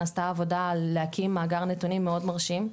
נעשתה עבודה להקים מאגר נתונים מאוד מרשים.